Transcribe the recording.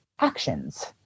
actions